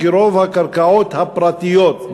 כי רוב הקרקעות הפרטיות,